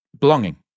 belonging